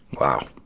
Wow